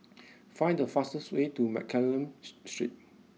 find the fastest way to Mccallum's Street